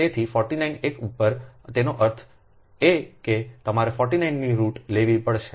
તેથી 49 એક ઉપરતેનો અર્થ એ કે તમારે 49 મી રુટ લેવી પડશે